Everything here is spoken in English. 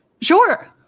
Sure